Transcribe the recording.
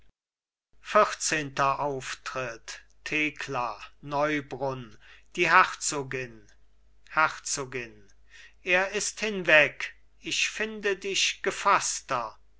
vierzehnter auftritt thekla neubrunn die herzogin herzogin er ist hinweg ich finde dich gefaßter